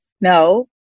no